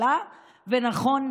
נכון,